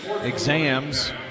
exams